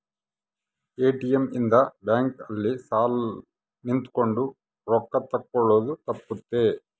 ATM ಇಂದ bank ಅಲ್ಲಿ ಸಾಲ್ ನಿಂತ್ಕೊಂಡ್ ರೊಕ್ಕ ತೆಕ್ಕೊಳೊದು ತಪ್ಪುತ್ತ